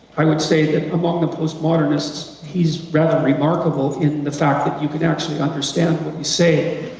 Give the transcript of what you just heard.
i would say that among the postmodernists he's rather remarkable in the fact that you can actually understand what he say.